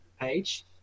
page